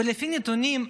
ולפי הנתונים,